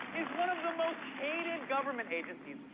is one of the most hated government agencies.